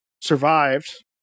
survived